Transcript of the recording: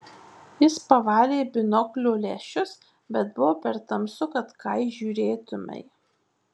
jis pavalė binoklio lęšius bet buvo per tamsu kad ką įžiūrėtumei